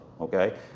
okay